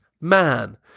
Man